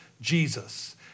Jesus